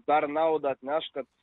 dar naudą atneš kad